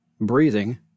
breathing